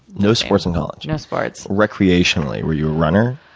no sports in college. no sports. recreationally, were you a runner?